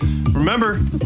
Remember